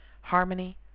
Harmony